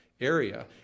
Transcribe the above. area